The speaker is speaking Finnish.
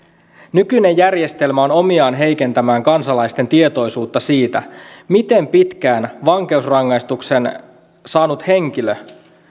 nykyinen järjestelmä on omiaan heikentämään kansalaisten tietoisuutta siitä miten pitkään vankeusrangaistuksen saanut henkilö